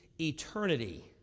eternity